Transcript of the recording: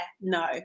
no